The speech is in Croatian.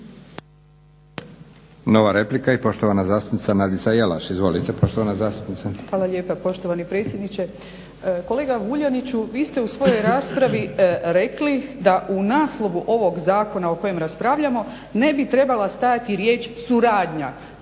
Nova replika i poštovana zastupnica Nadica Jelaš. Izvolite poštovana zastupnice. **Jelaš, Nadica (SDP)** Hvala lijepa poštovani predsjedniče. Kolega Vuljaniću vi ste u svojoj raspravi rekli da u naslovu ovoga Zakona o kojemu raspravljamo ne bi trebala stajati riječ "suradnja"